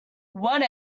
one